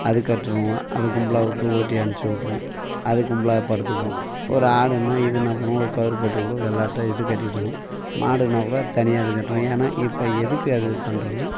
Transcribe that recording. அது கட்டிடுவோம் அது கும்பலாக விட்டு ஓட்டி அனுப்ச்சு விட்ருவோம் அது கும்பலாக படுத்துக்கும் ஒரு ஆடுனா இது என்ன பண்ணுவோம் ஒரு கயிறு போட்டு கூட வெள்ளை ஆட்டை இது கட்டிடுவோம் மாடு என்ன பண்ணும் அது தனியாக அது கட்டிடுவோம் ஏன்னா இப்போ எதுக்கு அது பண்ணுறோன்னா